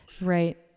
Right